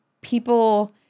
people